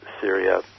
syria